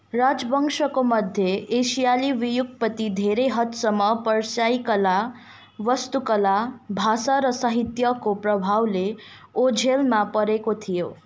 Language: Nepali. राजवंशको मध्य एसियाली व्युत्पत्ति धेरै हदसम्म पर्सियाई कला वास्तुकला भाषा र साहित्यको प्रभावले ओझेलमा परेको थियो